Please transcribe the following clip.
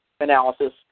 analysis